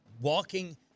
walking